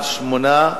8,